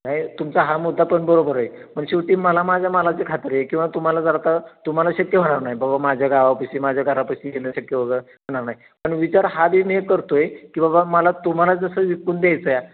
नाही तुमचा हा मुद्दा पण बरोबर आहे पण शेवटी मला माझ्या मालाची खात्री आहे किंवा तुम्हाला जर आता तुम्हाला शक्य होणार नाही बाबा माझ्या गावापाशी माझ्या घरापाशी येणं शक्य होणार नाही पण विचार हा बी मी करतो आहे की बाबा मला तुम्हाला जसं विकून द्यायचं आहे